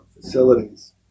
facilities